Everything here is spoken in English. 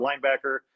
linebacker